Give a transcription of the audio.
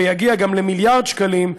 ויגיע גם למיליארד שקלים,